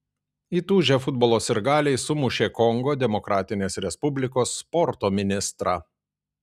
įtūžę futbolo sirgaliai sumušė kongo demokratinės respublikos sporto ministrą